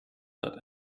that